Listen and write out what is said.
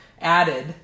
added